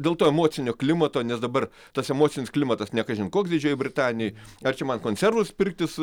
dėl to emocinio klimato nes dabar tas emocinis klimatas ne kažin koks didžiajoj britanijoj ar čia man konservus pirktis